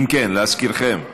אם כן, להזכירכם,